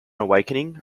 awakening